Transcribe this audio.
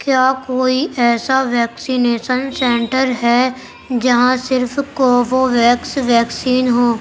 کیا کوئی ایسا ویکسینیشن سینٹر ہے جہاں صرف کوووویکس ویکسین ہو